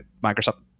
Microsoft